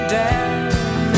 down